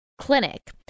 clinic